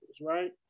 right